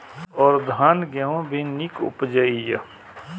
और धान गेहूँ भी निक उपजे ईय?